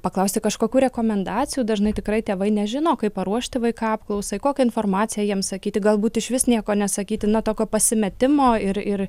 paklausti kažkokių rekomendacijų dažnai tikrai tėvai nežino kaip paruošti vaiką apklausai kokią informaciją jiems sakyti galbūt išvis nieko nesakyti na tokio pasimetimo ir ir